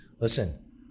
listen